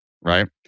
right